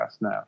now